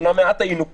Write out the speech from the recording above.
אומנם מעט היינו פה.